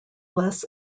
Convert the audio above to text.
less